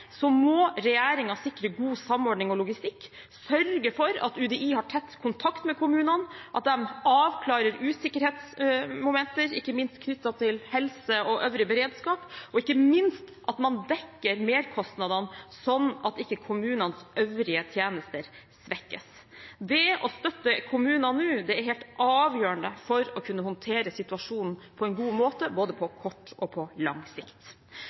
må regjeringen sikre god samordning og logistikk, sørge for at UDI har tett kontakt med kommunene, at de avklarer usikkerhetsmomenter, ikke minst knyttet til helse og øvrig beredskap, og ikke minst at man dekker merkostnadene sånn at ikke kommunenes øvrige tjenester svekkes. Det å støtte kommunene nå er helt avgjørende for å kunne håndtere situasjonen på en god måte, både på kort og på lang sikt.